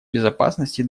безопасности